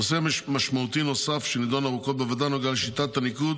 נושא משמעותי נוסף שנידון ארוכות בוועדה נוגע לשיטת הניקוד